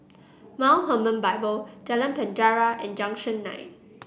Mount Hermon Bible Jalan Penjara and Junction Nine